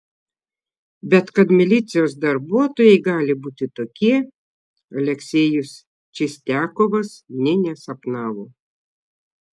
bet kad milicijos darbuotojai gali būti tokie aleksejus čistiakovas nė nesapnavo